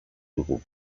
dugu